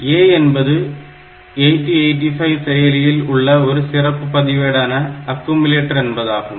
A என்பது 8085 செயலியில் உள்ள ஒரு சிறப்பு பதிவேடான அக்குமுலேட்டர் என்பதாகும்